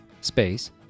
space